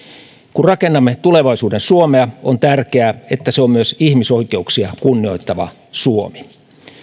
kun rakennamme tulevaisuuden suomea on tärkeää että se on myös ihmisoikeuksia kunnioittava suomi